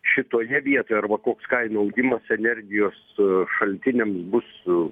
šitoje vietoje arba koks kainų augimas energijos šaltiniams bus